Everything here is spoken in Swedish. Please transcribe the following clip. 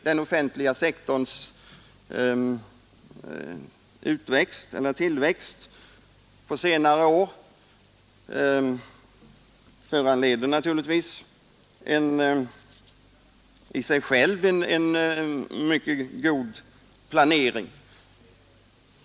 Den offentliga sektorns tillväxt på senare år nödvändiggör naturligtvis ilv en mycket god planering.